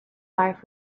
life